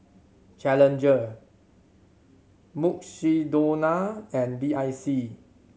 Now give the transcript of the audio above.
Challenger Mukshidonna and B I C